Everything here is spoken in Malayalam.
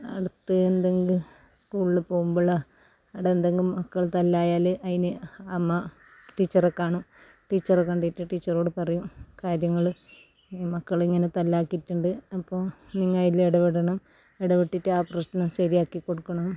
അടുത്ത് എന്തെങ്കിലും സ്കൂളിൽ പോകുമ്പോഴാ ആടെ എന്തെങ്കിലും മക്കൾ തല്ലായാൽ അതിന് അമ്മ ടീച്ചറെ കാണും ടീച്ചറെ കണ്ടിറ്റ് ടീച്ചറോട് പറയും കാര്യങ്ങൾ ഈ മക്കളിങ്ങനെ തല്ലാക്കിയിട്ടുണ്ട് അപ്പോൾ നിങ്ങ അതിൽ ഇടപെടണം ഇടപെട്ടിട്ട് ആ പ്രശ്നം ശരിയാക്കി കൊടുക്കണം